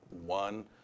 one